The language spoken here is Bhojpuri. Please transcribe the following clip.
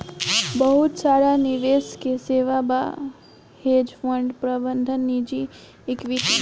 बहुत सारा निवेश के सेवा बा, हेज फंड प्रबंधन निजी इक्विटी